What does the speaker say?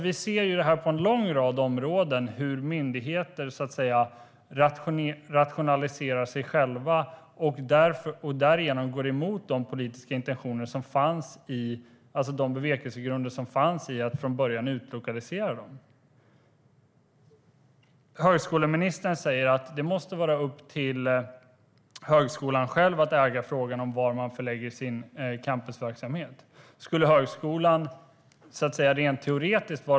Vi kan se på en lång rad områden hur myndigheter rationaliserar bort sig själva och därigenom går emot de politiska bevekelsegrunder som fanns från början om att utlokalisera dem. Högskoleministern säger att det måste vara upp till högskolan själv att äga frågan om vart man förlägger sin campusverksamhet.